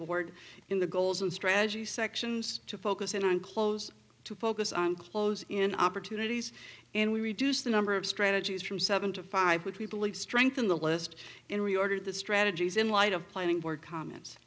board in the goals and strategy sections to focus in on close to focus on close in opportunities and we reduce the number of strategies from seven to five which we believe strengthen the list in reorder the strategies in light of planning board comments